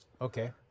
Okay